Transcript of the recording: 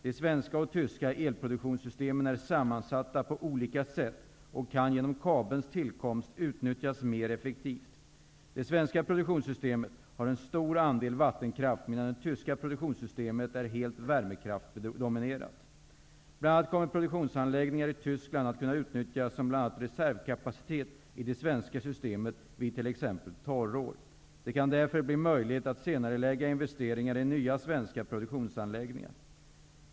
De svenska och tyska elproduktionssystemen är sammansatta på olika sätt och kan genom kabelns tillkomst utnyttjas mer effektivt. Det svenska produktionssystemet har en stor andel vattenkraft, medan det tyska produktionssystemet är helt värmekraftdominerat. Bl.a. kommer produktionsanläggningar i Tyskland att kunna utnyttjas som bl.a. reservkapacitet i det svenska systemet vid t.ex. torrår. Det kan därför bli möjligt att senarelägga investeringar i nya svenska produktionsanläggningar.